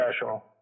special